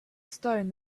stone